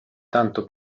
tanto